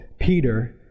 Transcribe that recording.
Peter